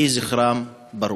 יהי זכרם ברוך.